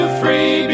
free